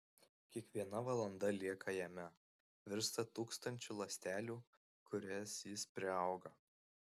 kiekviena valanda lieka jame virsta tūkstančiu ląstelių kurias jis priauga